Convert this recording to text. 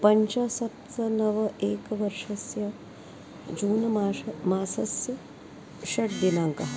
पञ्चसप्तनव एकवर्षस्य जूनमासः मासस्य षड् दिनाङ्कः